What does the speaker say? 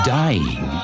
dying